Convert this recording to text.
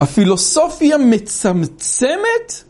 הפילוסופיה מצמצמת?